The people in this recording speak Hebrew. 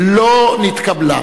לא נתקבלה.